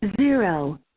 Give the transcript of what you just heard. zero